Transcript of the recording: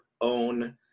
own